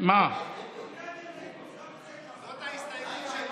אורלי לוי אבקסיס לפני סעיף 1 לא נתקבלה.